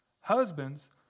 Husbands